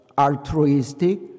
altruistic